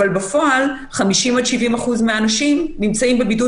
אבל בפועל 50% עד 70% מהאנשים נמצאים בבידוד